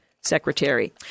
secretary